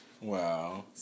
Wow